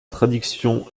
traduction